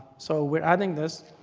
so we're adding this.